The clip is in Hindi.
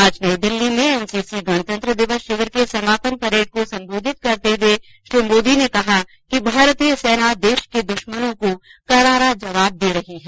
आज नई दिल्ली में एनसीसी गणतंत्र दिवस शिविर के समापन परेड को संबोधित करते हुए प्रधानमंत्री ने कहा कि भारतीय सेना देश के दुश्मनों को करारा जवाब दे रही है